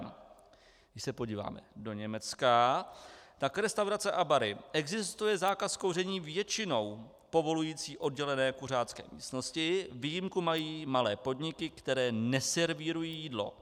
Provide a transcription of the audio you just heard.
Když se podíváme do Německa, restaurace a bary existuje zákaz kouření většinou povolující oddělené kuřácké místnosti, výjimku mají malé podniky, které neservírují jídlo.